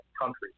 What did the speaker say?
country